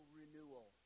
renewal